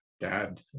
Dad